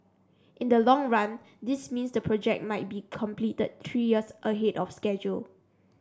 in the long run this means the project might be completed three years ahead of schedule